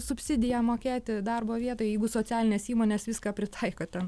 subsidiją mokėti darbo vietoj jeigu socialinės įmonės viską pritaiko ten